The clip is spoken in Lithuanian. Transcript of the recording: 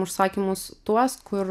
užsakymus tuos kur